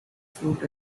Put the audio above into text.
fruit